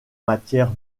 matière